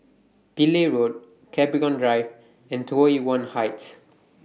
Pillai Road Capricorn Drive and Tai Yuan Heights